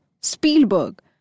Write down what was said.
Spielberg